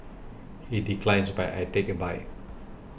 he declines but I take a bite